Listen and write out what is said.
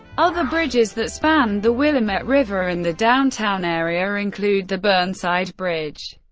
other bridges that span the willamette river in the downtown area include the burnside bridge,